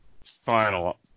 final